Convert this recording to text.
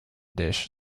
dish